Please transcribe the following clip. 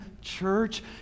church